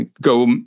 go